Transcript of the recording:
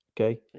Okay